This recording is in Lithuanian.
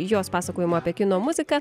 jos pasakojimų apie kino muziką